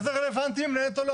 מה זה רלוונטי אם היא מנהלת או לא?